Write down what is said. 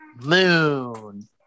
Moon